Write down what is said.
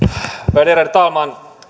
värderade talman